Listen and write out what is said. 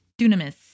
Dunamis